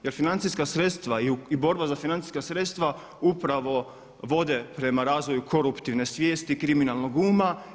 Jer financijska sredstva i borba za financijska sredstava upravo vode prema razvoju koruptivne svijesti i kriminalnog uma.